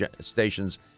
stations